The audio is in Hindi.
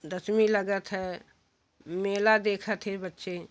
दशमी लगती है मेला देखत है बच्चे